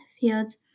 fields